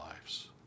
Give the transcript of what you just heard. lives